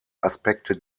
aspekte